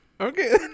Okay